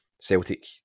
Celtic